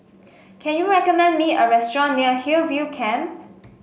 can you recommend me a restaurant near Hillview Camp